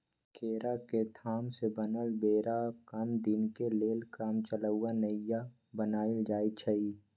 केरा के थम से बनल बेरा कम दीनके लेल कामचलाउ नइया बनाएल जाइछइ